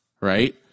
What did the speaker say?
right